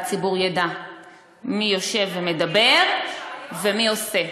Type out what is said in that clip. והציבור ידע מי יושב ומדבר ומי עושה.